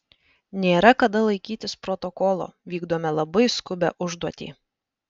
nėra kada laikytis protokolo vykdome labai skubią užduotį